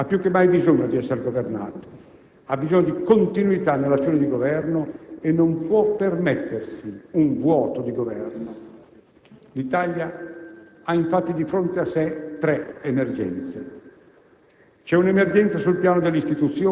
Il Paese ha più che mai bisogno di essere governato, ha bisogno di continuità nell'azione di Governo e non può permettersi un vuoto di Governo. L'Italia ha, infatti, di fronte a sé tre emergenze.